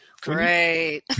Great